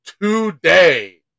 today